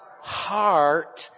heart